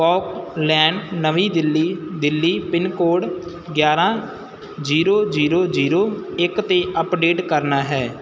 okay lane ਨਵੀਂ Delhi Delhi pin code ਗਿਆਰ੍ਹਾਂ zero zero zero ਇੱਕ 'ਤੇ ਅਪਡੇਟ ਕਰਨਾ ਹੈ